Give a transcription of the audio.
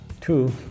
Two